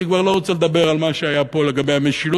אני כבר לא רוצה לדבר על מה שהיה פה לגבי המשילות,